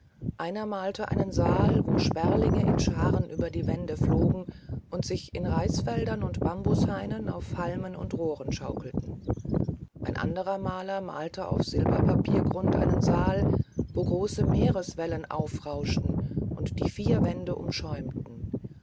einer malte einen saal wo sperlinge in scharen über die wände flogen und sich in reisfeldern und bambushainen auf halmen und rohren schaukelten ein anderer maler malte auf silberpapiergrund einen saal wo große meereswellen aufrauschten und die vier wände umschäumten